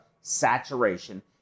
saturation